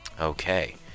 okay